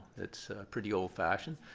it's pretty old fashioned.